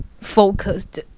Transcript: focused